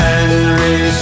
Henry